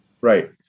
Right